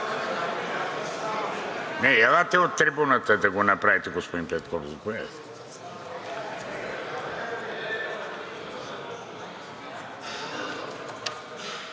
Не, елате от трибуната да го направите, господин Петков.